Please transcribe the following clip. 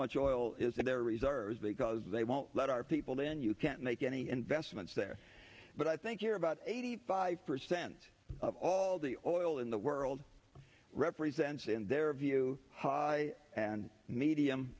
there reserves because they won't let our people then you can't make any investments there but i think you're about eighty five percent of all the oil in the world yes in their view high and medium